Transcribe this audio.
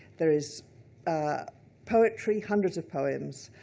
there is poetry, hundreds of poems.